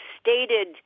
stated